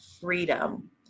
freedom